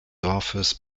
dorfes